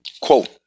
quote